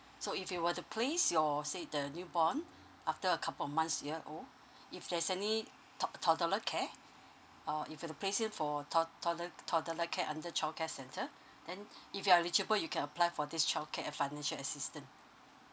so if you were to place your say the newborn after a couple months year old if there's any tod~ toddler care or if you were to place him for tod~ toddler toddler care under childcare center then if you are eligible you can apply for this childcare financial assistance